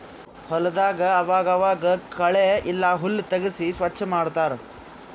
ಹೊಲದಾಗ್ ಆವಾಗ್ ಆವಾಗ್ ಕಳೆ ಇಲ್ಲ ಹುಲ್ಲ್ ತೆಗ್ಸಿ ಸ್ವಚ್ ಮಾಡತ್ತರ್